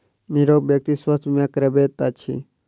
निरोग व्यक्ति स्वास्थ्य बीमा करबैत अछि